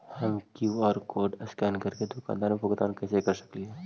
हम QR code scan करके दुकान में भुगतान कैसे कर सकली हे?